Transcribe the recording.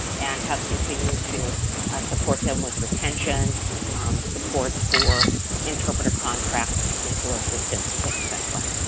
and have continued to support them with retention supports for interpreter contract, technical assistance, et cetera.